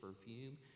perfume